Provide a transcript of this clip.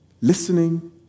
listening